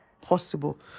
possible